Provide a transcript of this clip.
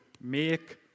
make